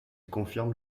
confirme